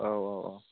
औ औ औ